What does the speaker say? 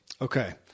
Okay